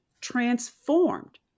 transformed